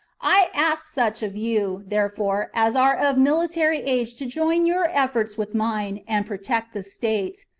i ask such of you, therefore, as are of military age to join your efforts with mine, and protect the state.